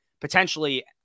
potentially